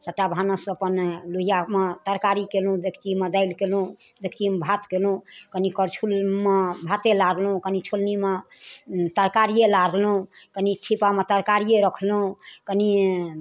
सबटा भानस अपन लोहिआमे तरकारी केलहुँ डेकचीमे दालि केलहुँ डेकचीमे भात केलहुँ कनि करछुलमे भाते लारलहुँ कनि छोलनीमे तरकारिए लारलहुँ कनि छिप्पामे तरकारिए राखलहुँ कनि